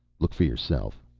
look for yourself.